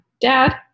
Dad